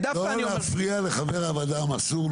ודווקא אני אומר --- לא להפריע לחבר הוועדה המסור,